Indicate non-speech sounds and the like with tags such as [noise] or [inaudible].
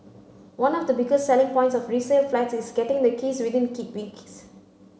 one of the biggest selling points of resale flats is getting the keys within [unintelligible] weeks